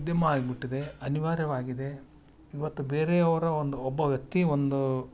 ಉದ್ಯಮ ಆಗ್ಬಿಟ್ಟಿದೆ ಅನಿವಾರ್ಯವಾಗಿದೆ ಇವತ್ತು ಬೇರೆಯವರ ಒಂದು ಒಬ್ಬ ವ್ಯಕ್ತಿ ಒಂದು